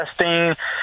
testing